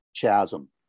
chasm